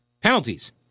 penalties